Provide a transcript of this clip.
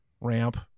ramp